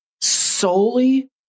solely